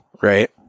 Right